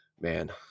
Man